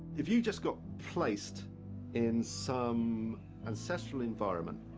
if you just got placed in some ancestral environment,